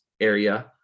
area